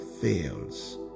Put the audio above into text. fails